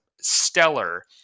stellar